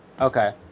Okay